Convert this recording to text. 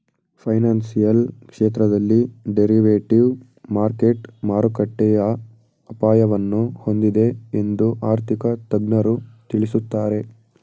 financial ಕ್ಷೇತ್ರದಲ್ಲಿ derivative market ಮಾರುಕಟ್ಟೆಯ ಅಪಾಯವನ್ನು ಹೊಂದಿದೆ ಎಂದು ಆರ್ಥಿಕ ತಜ್ಞರು ತಿಳಿಸುತ್ತಾರೆ